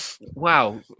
Wow